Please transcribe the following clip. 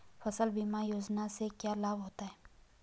फसल बीमा योजना से क्या लाभ होता है?